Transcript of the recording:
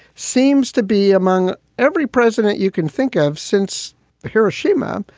seems to be among every president you can think of since hiroshima.